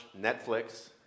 Netflix